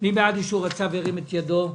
ירים את ידו.